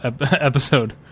episode